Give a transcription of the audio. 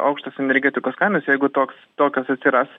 aukštos energetikos kainos jeigu toks tokios atsiras